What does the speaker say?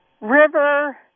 River